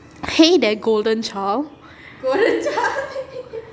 hey there golden child